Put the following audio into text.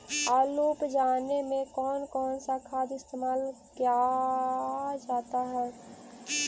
आलू उप जाने में कौन कौन सा खाद इस्तेमाल क्या जाता है?